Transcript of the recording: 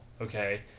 okay